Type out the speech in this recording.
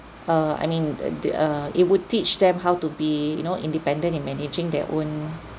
uh I mean the the uh it would teach them how to be you know independent in managing their own